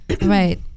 Right